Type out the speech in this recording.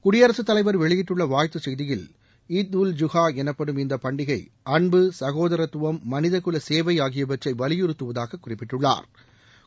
குடியரசு தலைவர் வெளியிட்டுள்ள வாழ்த்து செய்தியில் இத் உல் ஜூகா எனப்டும் இந்த பண்டிகை அன்பு சகோதரத்துவம் மனித குல சேவை ஆகியவற்றை வலியுறுத்துவதாக குறிப்பிட்டுள்ளாா்